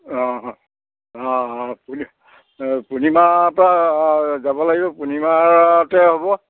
অঁ অঁ অঁ অঁ পূৰ্ণিমা এটাত যাব লাগিব পূৰ্ণিমাতে হ'ব